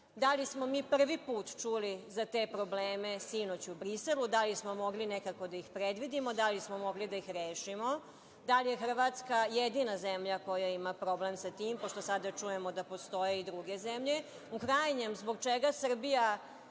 Da li smo mi prvi put čuli za te probleme sinoć u Briselu? Da li smo mogli nekako da ih predvidimo? Da li smo mogli da ih rešimo? Da li je Hrvatska jedina zemlja koja ima problem sa tim, pošto sada čujemo da postoje i druge zemlje? U krajnjem, zbog čega Srbija